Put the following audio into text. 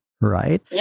right